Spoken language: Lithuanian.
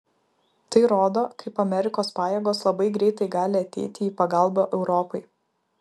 tai rodo kaip amerikos pajėgos labai greitai gali ateiti į pagalbą europai